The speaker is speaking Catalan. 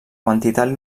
quantitat